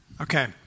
Okay